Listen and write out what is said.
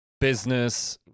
business